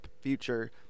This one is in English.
future